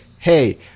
Hey